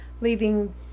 leaving